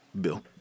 Bill